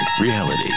Reality